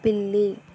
పిల్లి